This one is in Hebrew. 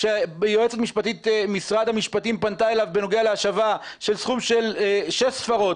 כשיועצת משרד המשפטים פנתה אליו בנוגע להשבה של סכום של שש ספרות,